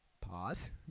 Pause